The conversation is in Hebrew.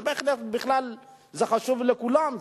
זה בכלל חשוב לכולם,